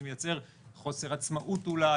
זה מייצר חוסר עצמאות אולי,